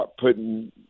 putting